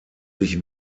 sich